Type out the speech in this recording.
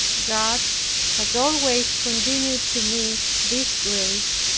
god has always continued to me this grace,